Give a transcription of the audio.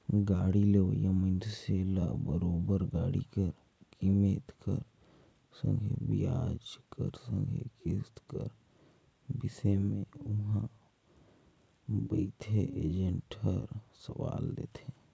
गाड़ी लेहोइया मइनसे ल बरोबेर गाड़ी कर कीमेत कर संघे बियाज कर संघे किस्त कर बिसे में उहां बइथे एजेंट हर सलाव देथे